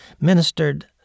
ministered